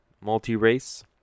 multi-race